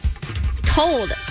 told